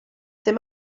ddim